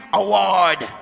award